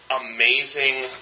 amazing